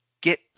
get